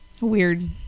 Weird